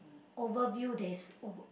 over bill that's all